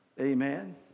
Amen